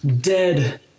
dead